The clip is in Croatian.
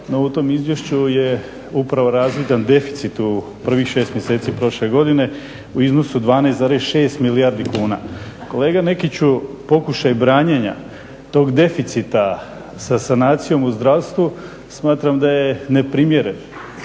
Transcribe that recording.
u tom Izvješću je upravo razvidan deficit u prvih 6 mjeseci prošle godine u iznosu 12,6 milijardi kuna. Kolega Nekiću, pokušaj branjenja tog deficita sa sanacijom u zdravstvu smatram da je neprimjeren.